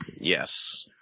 Yes